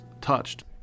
touched